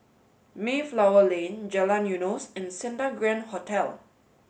Mayflower Lane Jalan Eunos and Santa Grand Hotel